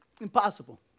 Impossible